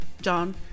John